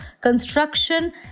construction